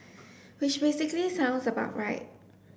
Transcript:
which basically sounds about right